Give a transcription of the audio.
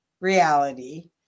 reality